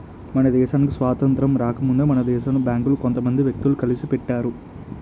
మన దేశానికి స్వాతంత్రం రాకముందే మన దేశంలో బేంకులు కొంత మంది వ్యక్తులు కలిసి పెట్టారు